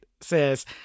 says